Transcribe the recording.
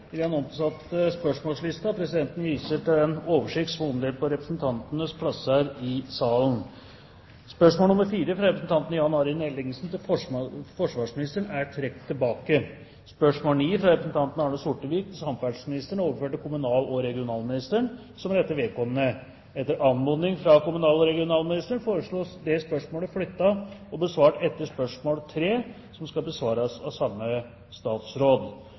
og presidenten viser til oversikten som er omdelt på representantenes plasser i salen. De foreslåtte endringer i dagens spørretime foreslås godkjent. – Det anses vedtatt. Endringene var som følger: Spørsmål 4, fra representanten Jan Arild Ellingsen til forsvarsministeren, er trukket tilbake. Spørsmål 9, fra representanten Arne Sortevik til samferdselsministeren, er overført til kommunal- og regionalministeren som rette vedkommende. Etter anmodning fra kommunal- og regionalministeren blir dette spørsmålet flyttet og besvart etter